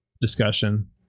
discussion